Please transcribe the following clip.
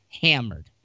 hammered